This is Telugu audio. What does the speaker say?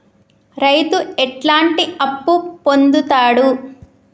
రైతు ఎట్లాంటి అప్పు పొందుతడు?